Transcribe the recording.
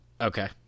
okay